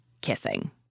kissing